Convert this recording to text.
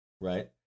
Right